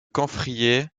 camphrier